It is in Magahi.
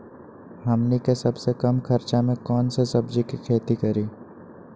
हमनी के सबसे कम खर्च में कौन से सब्जी के खेती करी?